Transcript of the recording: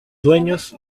dueños